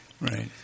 right